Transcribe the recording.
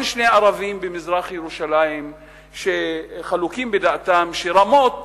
אין שני ערבים במזרח-ירושלים שחלוקים בדעתם שרמות